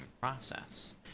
process